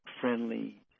friendly